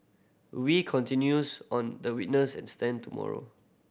Wee continues on the witness stand tomorrow